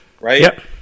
right